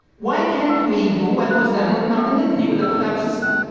why can't we do what was done with northern italy? with the put out system?